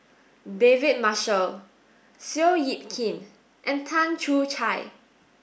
David Marshall Seow Yit Kin and Tan Choo